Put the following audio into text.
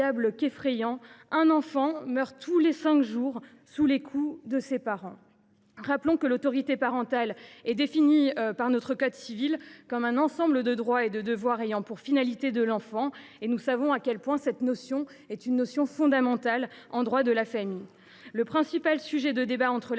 qu’éclairant : un enfant meurt tous les cinq jours sous les coups de l’un de ses parents. Rappelons que l’autorité parentale est définie par notre code civil comme « un ensemble de droits et de devoirs ayant pour finalité l’intérêt de l’enfant ». Nous savons combien l’autorité parentale est une notion fondamentale en droit de la famille. Le principal sujet de débat entre